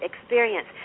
experience